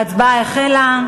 ההצבעה החלה.